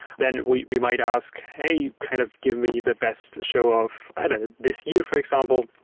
then we we might ask, hey, kind of give me the best show of this year, for example.